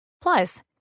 Plus